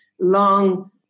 long